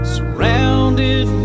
Surrounded